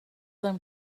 them